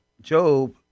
Job